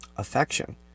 affection